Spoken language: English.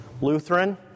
Lutheran